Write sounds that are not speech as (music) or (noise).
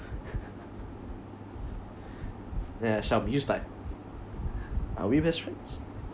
(laughs) ya sham you start are we best friends